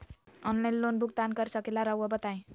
Online loan भुगतान कर सकेला राउआ बताई?